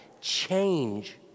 change